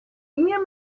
ien